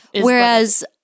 Whereas